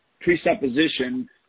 presupposition